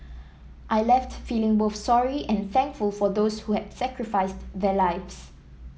I left feeling both sorry and thankful for those who had sacrificed their lives